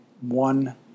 One